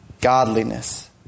godliness